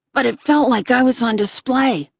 but it felt like i was on display.